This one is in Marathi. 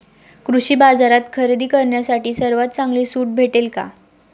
कृषी बाजारात खरेदी करण्यासाठी सर्वात चांगली सूट भेटेल का?